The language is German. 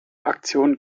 aktion